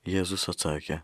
jėzus atsakė